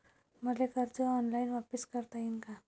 मले कर्ज ऑनलाईन वापिस करता येईन का?